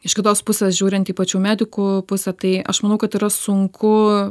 iš kitos pusės žiūrint į pačių medikų pusę tai aš manau kad yra sunku